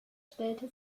stellte